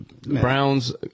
Browns